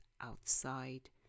outside